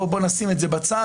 בוא נשים את זה בצד.